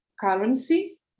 currency